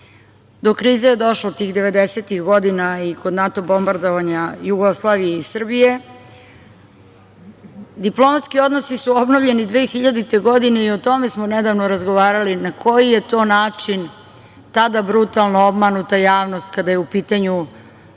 Do krize je došlo tih devedesetih godina i kod NATO bombardovanja Jugoslavije i Srbije. Diplomatski odnosi su obnovljeni 2000. godine, i o tome smo nedavno razgovarali, na koji je to način tada brutalno obmanuta javnost kada je u pitanju